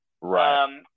Right